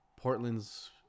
portland's